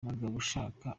mugabushaka